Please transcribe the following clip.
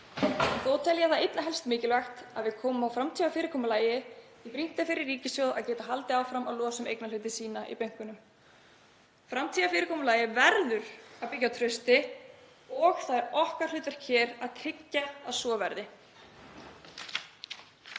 Þó tel ég það einna helst mikilvægt að við komum á framtíðarfyrirkomulagi því að brýnt er fyrir ríkissjóð að geta haldið áfram að losa um eignarhluti sína í bönkunum. Framtíðarfyrirkomulagið verður að byggja á trausti og það er okkar hlutverk hér að tryggja að svo verði.